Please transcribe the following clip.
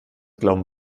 glauben